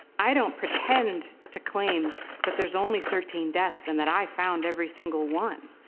i don't pretend to claim that there's only thirteen deaths and that i found every single one.